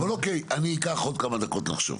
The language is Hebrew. אבל אוקי, אני אקח עוד כמה דקות לחשוב.